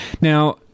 Now